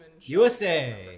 USA